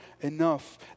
enough